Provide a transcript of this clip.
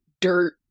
dirt